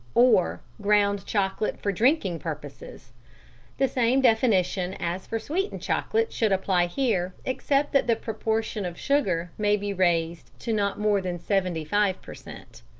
or ground chocolate for drinking purposes the same definition as for sweetened chocolate should apply here, except that the proportion of sugar may be raised to not more than seventy five per cent.